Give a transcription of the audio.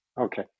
Okay